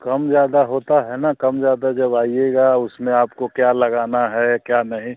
कम ज़्यादा होता है ना कम ज़्यादा जब आइएगा उसमें आपको क्या लगाना है क्या नहीं